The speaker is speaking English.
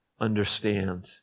understand